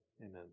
Amen